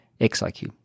XIQ